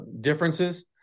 differences